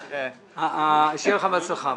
שיהיה לך בהצלחה.